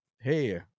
hey